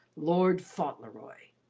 lord fauntleroy.